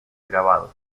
grabados